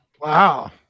Wow